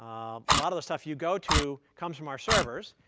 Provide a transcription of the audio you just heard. a lot of the stuff you go to comes from our servers.